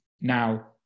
Now